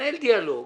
התנהל דיאלוג,